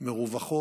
מרווחות,